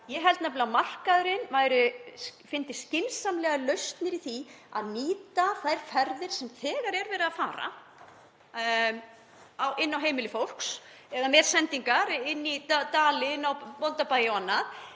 Ég held nefnilega að markaðurinn myndi finna skynsamlegar lausnir í því að nýta þær ferðir sem þegar er verið að fara inn á heimili fólks eða með sendingar inn í dali, til bóndabæja og annað